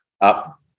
up